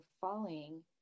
falling